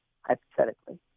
hypothetically